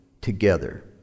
together